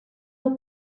del